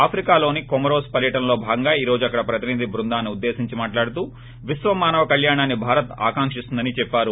ఆప్రికాలోని Comoros పర్యటనలో భాగంగా ఈ రోజు అక్కడ ప్రతనిధి బృందాన్ని ఉద్దేశించి మాట్లాడుతూ విశ్వమానవ కళ్యాణాన్ని భారత్ ఆకాంకిస్తుందని చెప్పారు